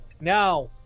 now